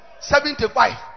seventy-five